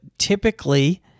Typically